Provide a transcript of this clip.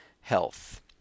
health